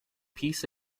peace